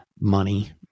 money